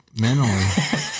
mentally